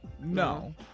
no